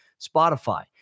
spotify